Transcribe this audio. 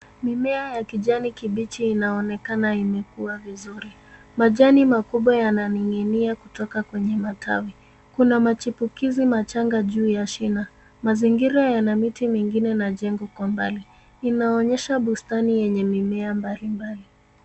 Mimea ya kijani kibichi inaonekana imekua vizuri. Majani makubwa yananing'inia kutoka kwenye matawi. Kuna machipukizi machanga juu ya shina. Mazingira yana miti mingine na jengo kwa mbali. Inaoneyesha bustani yenye mimea mbalimbali.